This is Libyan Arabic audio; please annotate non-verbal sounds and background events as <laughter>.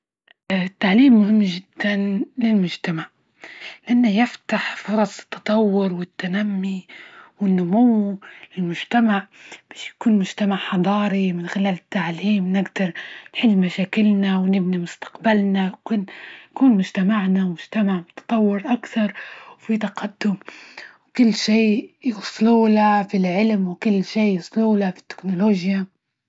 <hesitation> التعليم مهم جدا للمجتمع، لأن يفتح فرص التطور والتنمي والنمو للمجتمع بش يكون مجتمع حضاري من خلال التعليم، نجدر نحل مشاكلنا ونبني مستقبلنا، كنت كون مجتمعنا مجتمع متطور أكثر وفي تقدم وكل شي يوصلوله فى العلم وكل شي يوصوله فى التكنولوجيا.